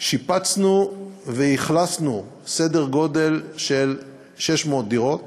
שיפצנו ואכלסנו סדר גודל של 600 דירות